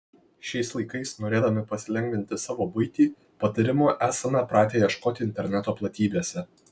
šiais laikais norėdami pasilengvinti savo buitį patarimų esame pratę ieškoti interneto platybėse